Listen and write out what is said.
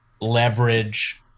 leverage